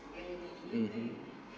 mmhmm